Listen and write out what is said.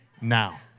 now